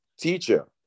Teacher